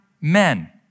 men